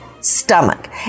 stomach